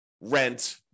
rent